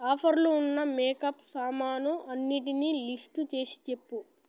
ఆఫర్లు ఉన్న మేకప్ సామాను అన్నిటినీ లిస్టు చేసి చెప్పు